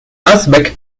uzbek